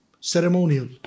ceremonial